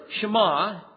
Shema